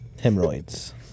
Hemorrhoids